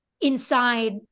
inside